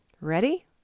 Ready